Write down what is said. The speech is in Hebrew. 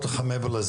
שלום לכולם.